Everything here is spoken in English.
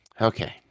Okay